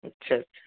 अच्छा अच्छा